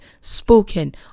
spoken